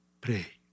pray